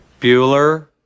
Bueller